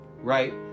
right